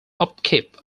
upkeep